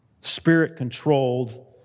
spirit-controlled